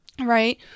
right